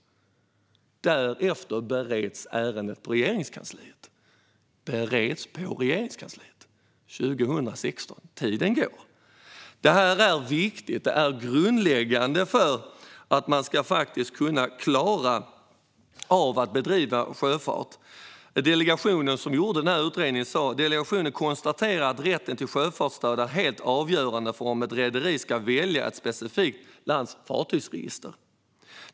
Därefter bereds ärendet på Regeringskansliet. Detta är grundläggande för att man ska klara att bedriva sjöfart. Delegationen som gjorde utredningen sa: Delegationen konstaterar att rätten till sjöfartsstöd är helt avgörande för om ett rederi ska välja ett specifikt lands fartygsregister.